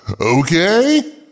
Okay